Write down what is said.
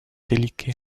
délégué